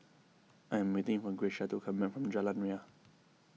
I am waiting for Grecia to come back from Jalan Ria